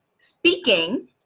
speaking